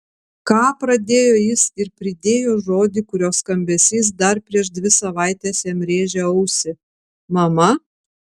ką pradėjo jis ir pridėjo žodį kurio skambesys dar prieš dvi savaites jam rėžė ausį mama